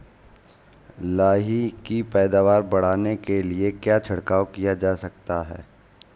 लाही की पैदावार बढ़ाने के लिए क्या छिड़काव किया जा सकता है?